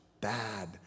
bad